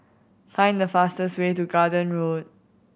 find the fastest way to Garden Road